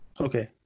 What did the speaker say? Okay